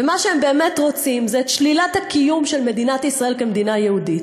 ומה שהם באמת רוצים זה את שלילת הקיום של מדינת ישראל כמדינה יהודית,